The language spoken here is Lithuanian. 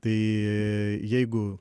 tai jeigu